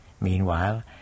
Meanwhile